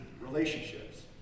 relationships